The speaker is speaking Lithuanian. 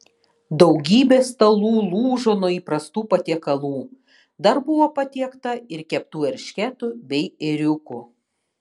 daugybė stalų lūžo nuo įprastų patiekalų dar buvo patiekta ir keptų eršketų bei ėriukų